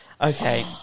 Okay